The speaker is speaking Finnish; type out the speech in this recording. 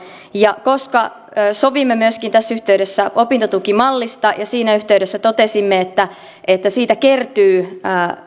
ja koska sovimme myöskin tässä yhteydessä opintotukimallista ja siinä yhteydessä totesimme että että siitä kertyy